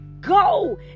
go